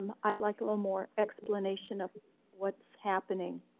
i'd like a little more explanation of what's happening.